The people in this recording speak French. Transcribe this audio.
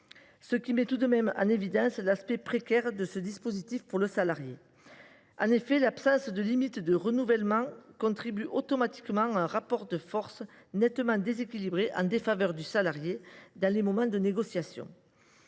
ce qui met tout de même en évidence l’aspect précaire de ce dispositif pour le salarié. En effet, l’absence de limites posées aux renouvellements contribue automatiquement à un rapport de force nettement déséquilibré en défaveur du salarié dans les moments de négociation.